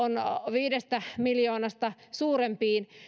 viidestä miljoonasta suurempiin